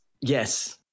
Yes